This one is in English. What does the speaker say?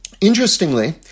Interestingly